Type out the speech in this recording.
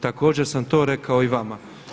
Također sam to rekao i vama.